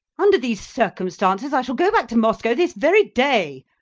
under these circumstances i shall go back to moscow this very day.